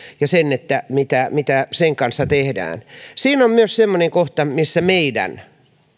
ja sen mitä mitä sen kanssa tehdään myös siinä on semmoinen kohta missä meidän